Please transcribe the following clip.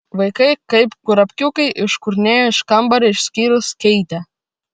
vaikai kaip kurapkiukai iškurnėjo iš kambario išskyrus keitę